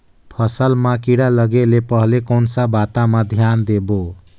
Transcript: फसल मां किड़ा लगे ले पहले कोन सा बाता मां धियान देबो?